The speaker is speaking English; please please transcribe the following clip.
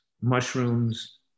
mushrooms